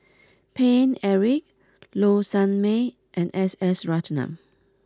Paine Eric Low Sanmay and S S Ratnam